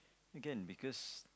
again because